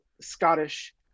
scottish